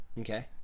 okay